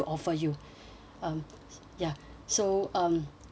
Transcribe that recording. um ya so um ya